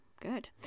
good